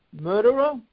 Murderer